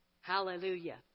Hallelujah